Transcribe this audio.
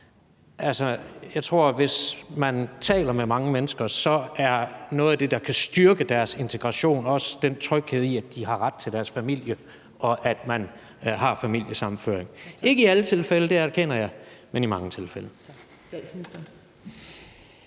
Jeg tror, hvis man taler med mange mennesker, at noget af det, der kan styrke deres integration, også er trygheden i, at de har ret til deres familie, og at man har familiesammenføring – ikke i alle tilfælde, det erkender jeg, men i mange tilfælde.